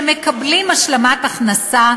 שמקבלים השלמת הכנסה,